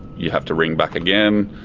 you have to ring back again,